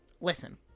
listen